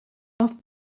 off